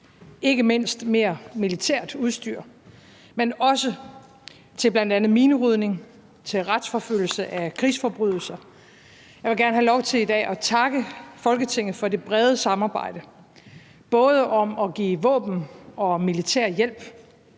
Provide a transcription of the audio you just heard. ikke mindst mere militært udstyr, men også til bl.a. minerydning, til retsforfølgelse af krigsforbrydelser. Jeg vil gerne have lov til i dag at takke Folketinget for det brede samarbejde, både om at give våben- og militær hjælp,